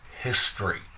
history